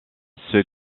ceux